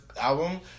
album